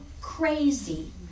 crazy